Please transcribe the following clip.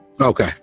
okay